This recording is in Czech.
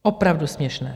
Opravdu směšné.